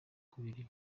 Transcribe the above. kubira